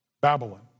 Babylon